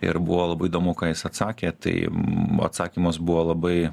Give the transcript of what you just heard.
ir buvo labai įdomu ką jis atsakė tai atsakymas buvo labai